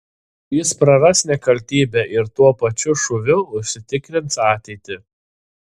jis praras nekaltybę ir tuo pačiu šūviu užsitikrins ateitį